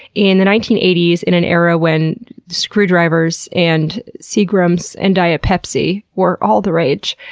in the nineteen eighty s, in an era when screwdrivers and seagram's and diet pepsi were all the rage,